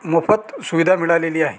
मोफत सुविधा मिळालेली आहे